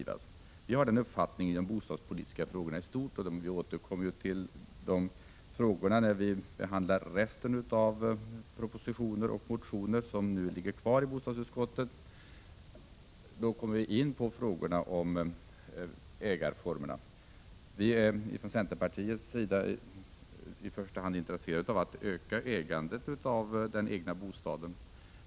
Vi har den uppfattningen i de bostadspolitiska frågorna i stort — och vi återkommer till de frågorna när vi skall behandla resten av propositioner och motioner som nu ligger kvar i bostadsutskottet. Då kommer vi in på ägarformerna. Vi är i centern i första hand intresserade av ökat ägande av den egna bostaden.